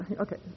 Okay